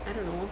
I don't know